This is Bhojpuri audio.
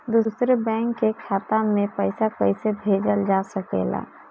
दूसरे बैंक के खाता में पइसा कइसे भेजल जा सके ला?